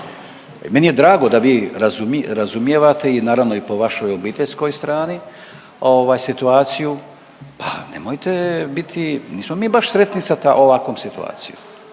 Meni je drago da vi razumijevate i naravno i po vašoj obiteljskoj strani ovaj situaciju pa nemojte biti, nismo mi baš sretni sa ovakvom situacijom,